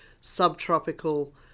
subtropical